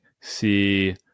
see